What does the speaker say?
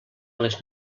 les